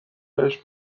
بهش